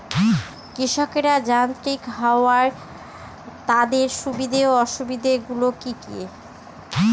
কৃষকরা যান্ত্রিক হওয়ার তাদের সুবিধা ও অসুবিধা গুলি কি কি?